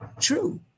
true